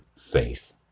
faith